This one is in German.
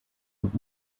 und